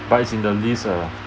but it's in the list uh